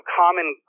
common